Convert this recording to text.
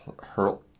Hurl